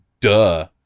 Duh